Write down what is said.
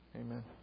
Amen